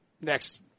next